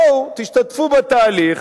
בואו תשתתפו בתהליך,